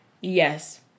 yes